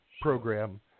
program